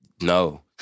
no